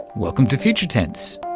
welcome to future tense.